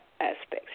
aspects